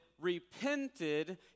repented